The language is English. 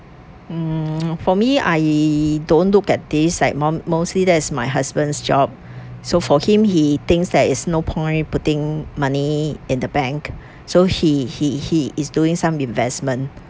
mm for me I don't look at this like mos~ mostly that's my husband's job so for him he thinks there is no point putting money in the bank so he he he is doing some investment